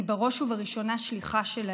אני בראש ובראשונה שליחה שלהם.